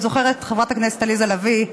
את זוכרת, חברת הכנסת עליזה לביא,